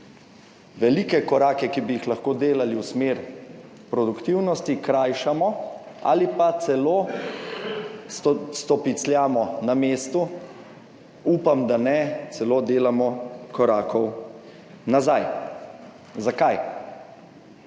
velike korake, ki bi jih lahko delali v smer produktivnosti, krajšamo ali pa celo stopicljamo na mestu, upam, da ne delamo celo korakov nazaj. Zakaj?